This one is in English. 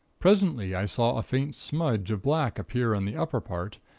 presently i saw a faint smudge of black appear in the upper part,